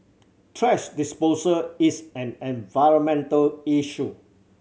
thrash disposal is an environmental issue